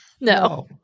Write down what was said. No